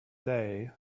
day